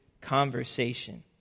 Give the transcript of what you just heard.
conversation